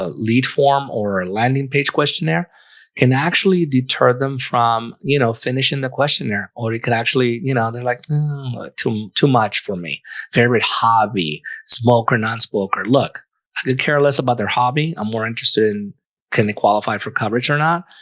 ah lead form or a landing page questionnaire can actually deter them from you know, finishing the questionnaire already could actually you know they're like too too much for me favorite hobby smoke or nonsmoker. look i could care less about their hobby i'm more interested in can the qualify for coverage or not?